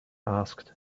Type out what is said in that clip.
asked